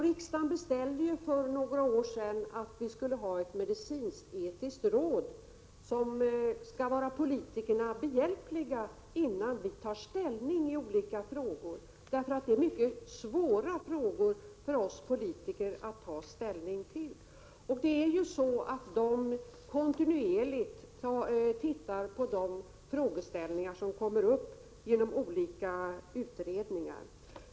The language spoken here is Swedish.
Riksdagen beställde ju för några år sedan medicinsk-etiska råd, som skall vara politikerna behjälpliga innan de tar ställning i olika frågor, därför att det är mycket svåra frågor för oss politiker att ta ställning till. Dessa råd behandlar kontinuerligt de frågor som kommer upp genom olika utredningar.